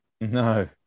No